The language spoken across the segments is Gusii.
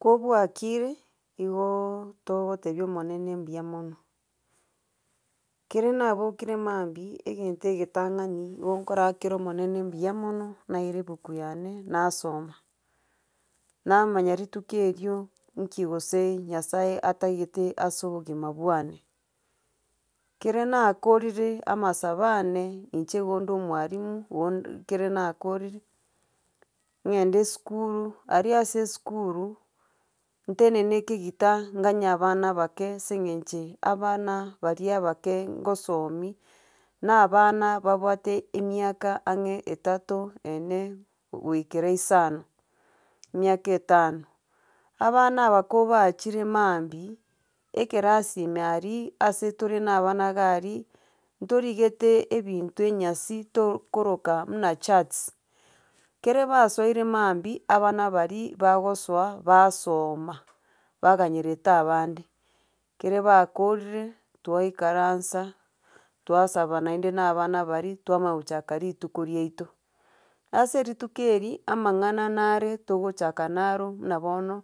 Ko bwakire igoooo togotebia omonene mbuya mono. Kero nabokire mambia egento egetang'ani igo nkora akera omonene mbuya mono naira ebuku yane nasoma, namanya rituko erio nki gose nyasaye atagete ase obogima bwane. Kere nakorire amasabo ane, inche igo nde omwarimu bono ekere nakorire ng'ende esukuru, aria ase esukuru ntenene ekegita nganye abana abake ase eng'enche, abana baria abake, ngosomia, na abana babwate emiaka ang'e etato ene, goikera isano, emiaka etano. Abana aba ko bachire mambia, ekerasi ime aria ase tore na abana iga aria ntorigete ebinto enyasi tokora muna charts. Kere basoire mambia abana baria, bagosoa basoma baganyerete abande kere bakorire, twaikaransa twasaba naende na abana baria twamanya gochaka rituko riaito. Ase rituko eri, amang'ana nare togochaka naro muna bono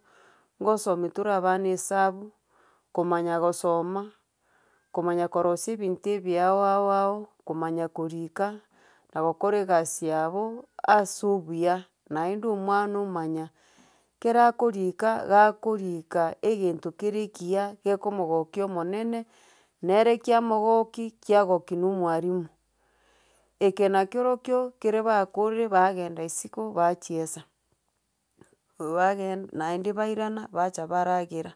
ngosomia tore abana esabu, komanya gosoma, komanya korosia ebinto ebi ao ao ao komanya korika na gokora egasi yabo ase obuya, naende omwana omanya. Kero akorika, gakorika egento kere ekiya gekomogokia omonene nere kiamogokia, kiagokia na omwarimu. Eke na kerokio kere bakorire bagenda isiko bachiesa, oyo bagen naende bairana, bacha baragera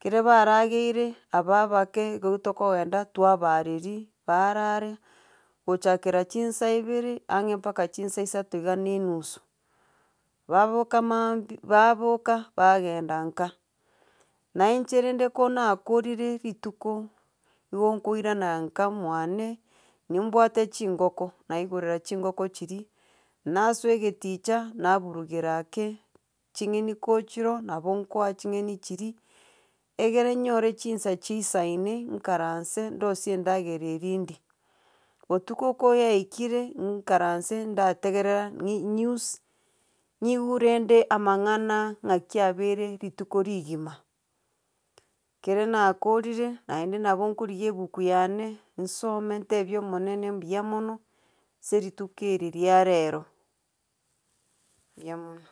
kero barageire aba abake igo tokogenda twabaareria barara, gochakera chinsa ibere ang'e mpaka chinsa isato iga na enusu, baboka mambia, baboka bagenda nka. Na inche rende ko nakorire rituko igo nkoirana nka mwane nimbwate chingoko, naigorera chingoko chiria nasoa egeticha naburugera ake ching'eni ko chiroo, nabo nkoaa ching'eni chiria egere nyore chinsa chisaine nkaranse ndosie endagera eria ndie. Botuko ko yaikire, ng'inkaranse ndategerera ni news, nyigwe rende amang'ana ng'aki abeire rituko rigima. Kere nakorire naende nabo nkorigia ebuku yane nsome ntebia omonene mbuya mono, ase rituko eri ria rero, mbuya mono.